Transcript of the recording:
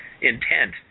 intent